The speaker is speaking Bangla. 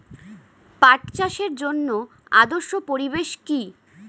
পাট চাষের জন্য আদর্শ পরিবেশ কি?